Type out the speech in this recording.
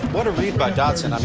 what a read by dodson. um